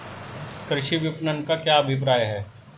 कृषि विपणन का क्या अभिप्राय है?